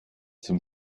zum